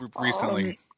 recently –